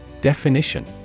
Definition